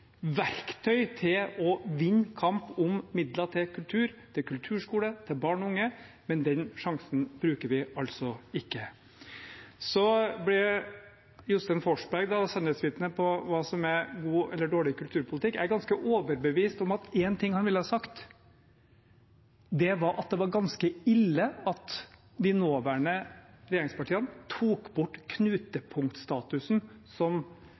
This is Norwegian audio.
verktøy til å vinne kampen om midler til kultur, til kulturskole, til barn og unge, men den sjansen bruker vi altså ikke. Så ble Jostein Forsberg et sannhetsvitne på hva som er god eller dårlig kulturpolitikk. Jeg er ganske overbevist om at én ting han ville ha sagt, var at det var ganske ille at de nåværende regjeringspartiene tok bort knutepunktstatusen som